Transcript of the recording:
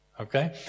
Okay